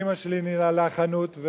אמא שלי ניהלה חנות,